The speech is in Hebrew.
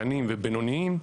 קטנים ובינוניים,